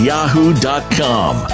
Yahoo.com